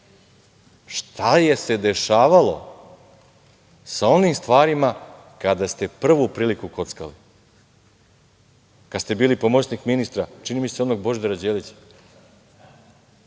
šta je se dešavalo sa onim stvarima kada se prvu priliku kockali, kad ste bili pomoćnik ministra, čini mi se onog Božidara Đelića,